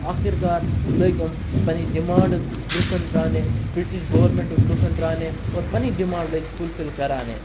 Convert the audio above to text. آخر کار لٔگۍ یِم پَنٕنۍ ڈِمانڈٕز برونٛہہ کُن ترٛاونہِ بِرٛٹِش گورمینٛٹَس برونٛہہ کُن ترٛاونہِ اور پَنٕنی ڈِمانٛڈ لٔگۍ فُل فِل کَرانہِ